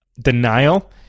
denial